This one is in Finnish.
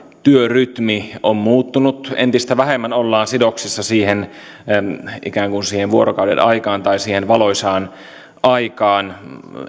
työrytmi on muuttunut entistä vähemmän ollaan sidoksissa ikään kuin siihen vuorokaudenaikaan tai siihen valoisaan aikaan